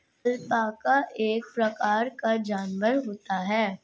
alpaca एक प्रकार का जानवर होता है